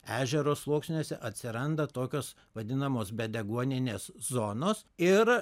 ežero sluoksniuose atsiranda tokios vadinamos bedeguoninės zonos ir